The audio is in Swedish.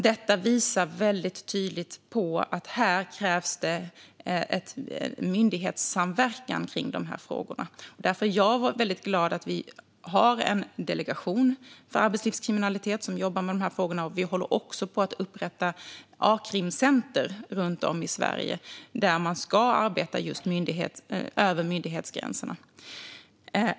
Detta visar tydligt att det krävs myndighetssamverkan kring dessa frågor. Därför är jag väldigt glad att vi har en delegation för arbetslivskriminalitet som jobbar med dessa frågor, och vi håller även på att upprätta akrimcenter runt om i Sverige där man just ska arbeta över myndighetsgränserna.